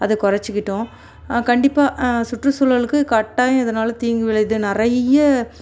அதை குறச்சிக்கிட்டோம் கண்டிப்பாக சுற்றுச்சூழலுக்கு கட்டாயம் இதனால் தீங்குவிளையுது நிறைய